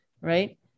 Right